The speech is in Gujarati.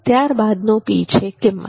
ત્યારબાદ નો P છે કિંમત